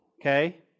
okay